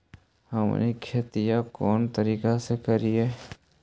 हमनी खेतीया कोन तरीका से करीय?